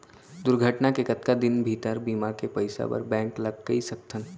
दुर्घटना के कतका दिन भीतर बीमा के पइसा बर बैंक ल कई सकथन?